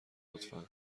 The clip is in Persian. لطفا